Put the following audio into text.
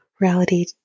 reality